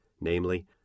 namely